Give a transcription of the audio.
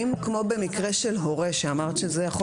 האם כמו במקרה של הורה שאמרת שזה יכול